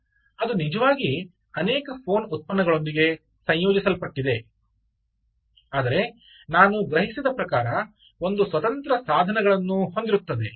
ಅದು ನಿಜವಾಗಿ ಅನೇಕ ಫೋನ್ ಉತ್ಪನ್ನಗಳೊಂದಿಗೆ ಸಂಯೋಜಿಸಲ್ಪಟ್ಟಿದೆ ಆದರೆ ನಾನು ಗ್ರಹಿಸಿದ ಪ್ರಕಾರ ಒಂದು ಸ್ವತಂತ್ರ ಸಾಧನಗಳನ್ನು ಹೊಂದಿರುತ್ತದೆ